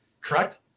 correct